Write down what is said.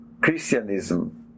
Christianism